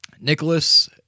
Nicholas